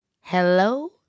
hello